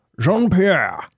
Jean-Pierre